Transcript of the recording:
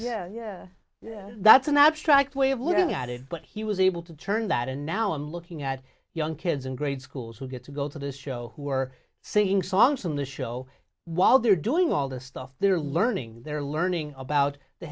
yeah yeah yeah that's an abstract way of looking at it but he was able to turn that and now i'm looking at young kids in grade schools who get to go to this show who are singing songs from the show while they're doing all the stuff they're learning they're learning about the